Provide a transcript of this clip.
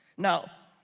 now,